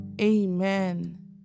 Amen